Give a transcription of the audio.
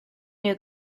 knew